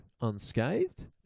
Unscathed